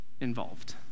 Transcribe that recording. Involved